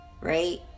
Right